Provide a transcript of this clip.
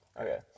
Okay